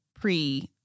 pre